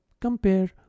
Compare